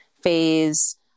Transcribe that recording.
phase